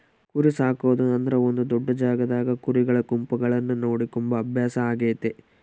ಕುರಿಸಾಕೊದು ಅಂದ್ರ ಒಂದು ದೊಡ್ಡ ಜಾಗದಾಗ ಕುರಿಗಳ ಗುಂಪುಗಳನ್ನ ನೋಡಿಕೊಂಬ ಅಭ್ಯಾಸ ಆಗೆತೆ